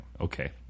okay